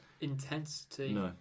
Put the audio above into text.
intensity